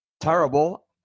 terrible